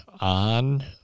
on